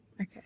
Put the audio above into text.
Okay